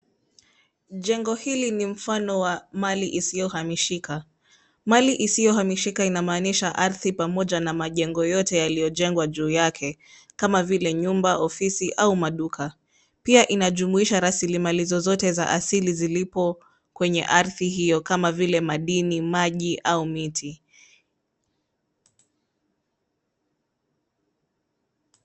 Jengo hili ni mfano wa mali isiyohamishika. Mali isiyohamishika inamaanisha ardhi pamoja na majengo yote yaliyojengwa juu yake, kama vile nyumba, ofisi au maduka. Pia inajumuisha rasilimali zozote za asili zilipo kwenye ardhi hiyo kama vile madini, maji au miti.